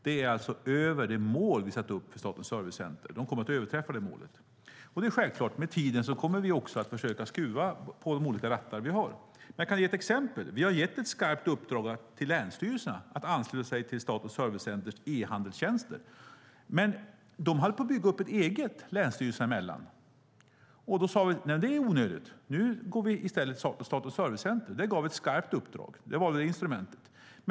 Det är över det mål vi satt upp för Statens servicecenter. Det kommer att överträffa det målet. Med tiden kommer vi också att försöka skruva på de olika rattar vi har. Jag kan ge ett exempel. Vi har gett ett skarpt uppdrag till länsstyrelserna att ansluta sig till Statens servicecenters e-handelstjänster. De höll på att bygga upp ett eget system länsstyrelserna emellan. Då sade vi: Det är onödigt. Nu använder vi i stället Statens servicecenter. Det var ett skarpt uppdrag, och vi använde det instrumentet.